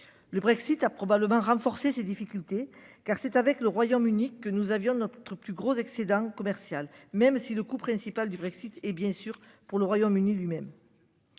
Le Brexit a probablement renforcé ses difficultés car c'est avec le Royaume Uni que nous avions notre plus gros excédent commercial même si le coût principal du Brexit et bien sûr pour le Royaume Uni lui-même.